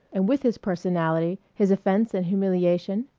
and with his personality his offense and humiliation?